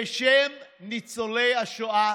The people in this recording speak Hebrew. בשם ניצולי השואה,